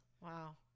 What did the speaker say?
Wow